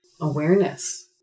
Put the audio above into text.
awareness